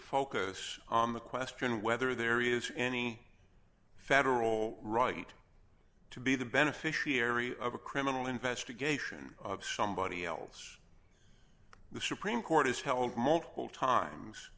focus on the question whether there is any federal right to be the beneficiary of a criminal investigation of somebody else the supreme court has held multiple times